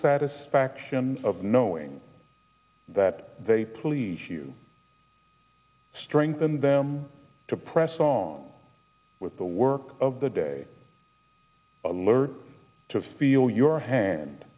satisfaction of knowing that they please you strengthen them to press on with the work of the day alert to feel your hand